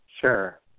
Sure